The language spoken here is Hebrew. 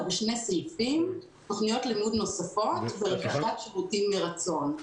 בשני סעיפים: תוכניות לימוד נוספות ורכישת שירותים מרצון.